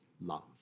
love